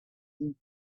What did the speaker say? deep